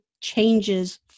changes